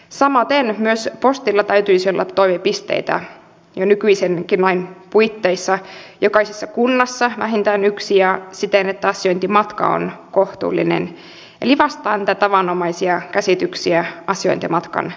samaten postilla täytyisi olla toimipisteitä jo nykyisenkin lain puitteissa jokaisessa kunnassa vähintään yksi ja siten että asiointimatka on kohtuullinen eli vastaa niitä tavanomaisia käsityksiä asiointimatkan pituudesta